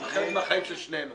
זה חלק מהחיים של שנינו.